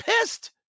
pissed